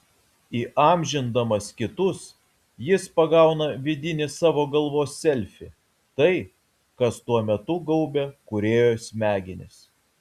įamžindamas kitus jis pagauna vidinį savo galvos selfį tai kas tuo metu gaubia kūrėjo smegenis